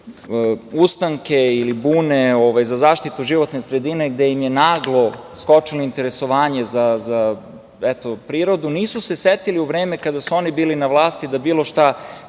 ustanke ili bune za zaštitu životne sredine gde im je naglo skočilo interesovanje za prirodu, nisu se setili u vreme kada su oni bili na vlasti da bilo šta